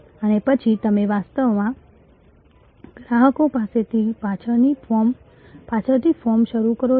અને પછી તમે વાસ્તવમાં ગ્રાહકો પાસેથી પાછળથી ફોર્મ શરૂ કરો છો